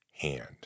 hand